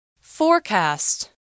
Forecast